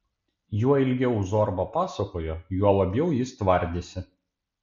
juo ilgiau zorba pasakojo juo labiau jis tvardėsi